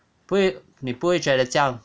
不会你不会觉得这样